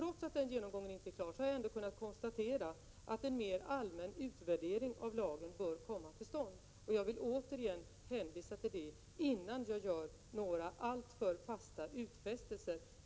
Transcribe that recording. Trots att den genomgången inte är klar, har jag ändå kunnat konstatera att en allmän utvärdering av lagen bör komma till stånd, och jag vill återigen hänvisa till det innan jag gör några fasta utfästelser.